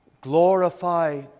glorify